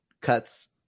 cuts